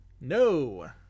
No